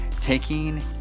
Taking